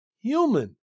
human